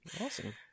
Awesome